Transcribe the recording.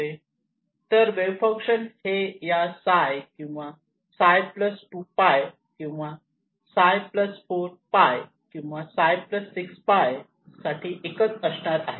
तर wave function हे या φ किंवा φ 2π किंवा φ 4π किंवा φ 6π च्या साठी एकच असणार आहे